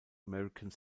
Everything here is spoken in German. american